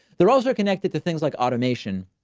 the also are connected to things like automation,